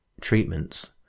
treatments